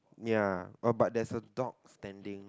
ya oh but there's a dog standing